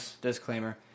Disclaimer